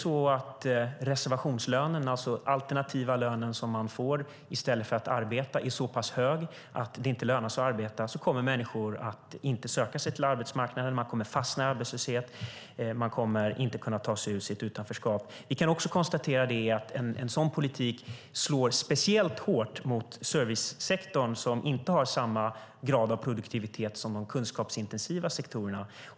Om reservationslönen, alltså den alternativa lön som man får i stället för att arbeta, är så hög att det inte lönar sig att arbeta kommer människor inte att söka sig till arbetsmarknaden. Man kommer att fastna i arbetslöshet och man kommer inte att kunna ta sig ur sitt utanförskap. Vi kan också konstatera att en sådan politik slår speciellt hårt mot servicesektorn som inte har samma grad av produktivitet som de kunskapsintensiva sektorerna.